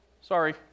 Sorry